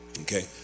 Okay